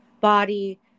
body